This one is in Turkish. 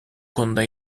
konuda